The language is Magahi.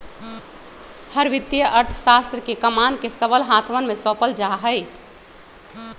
हर वित्तीय अर्थशास्त्र के कमान के सबल हाथवन में सौंपल जा हई